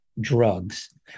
drugs